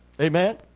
Amen